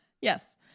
Yes